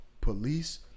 police